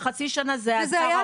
וחצי שנה זה שר האוצר הנוכחי.